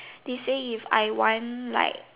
they say if I want like